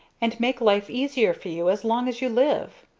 and make life easier for you as long as you live.